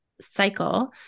cycle